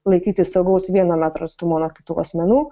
laikytis saugaus vieno metro atstumo nuo kitų asmenų